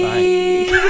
Bye